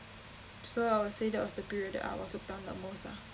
so I would say that was the period I was looked down the most ah